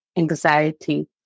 anxiety